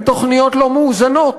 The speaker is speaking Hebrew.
הן תוכניות לא מאוזנות.